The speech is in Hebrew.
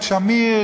את שמיר,